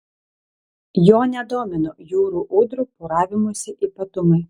jo nedomino jūrų ūdrų poravimosi ypatumai